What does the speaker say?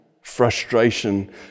frustration